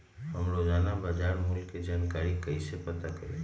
हम रोजाना बाजार मूल्य के जानकारी कईसे पता करी?